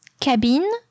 Cabine